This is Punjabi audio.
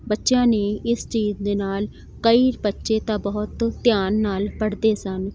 ਬੱਚਿਆਂ ਨੇ ਇਸ ਚੀਜ ਦੇ ਨਾਲ ਕਈ ਬੱਚੇ ਤਾਂ ਬਹੁਤ ਧਿਆਨ ਨਾਲ਼ ਪੜ੍ਹਦੇ ਸਨ